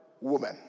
woman